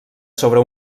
sobre